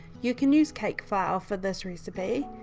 you can use cake flour for this recipe,